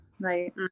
Right